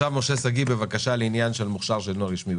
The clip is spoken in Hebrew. משה שגיא, בבקשה לעניין המוכשר שלא רשמי.